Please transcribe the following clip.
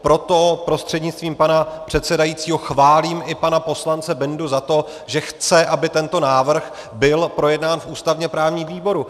Proto prostřednictvím pana předsedajícího chválím i pana poslance Bendu za to, že chce, aby tento návrh byl projednán v ústavněprávním výboru.